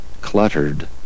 cluttered